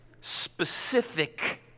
specific